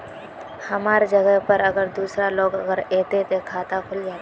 हमर जगह पर अगर दूसरा लोग अगर ऐते ते खाता खुल जते?